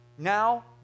now